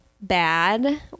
bad